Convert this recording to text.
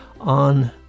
on